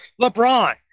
LeBron